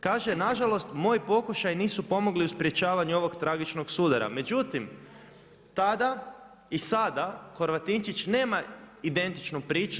Kaže: „Na žalost moji pokušaji nisu pomogli u sprječavanju ovog tragičnog sudara.“ Međutim, tada i sada Horvatinčić nema identičnu priču.